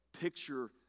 picture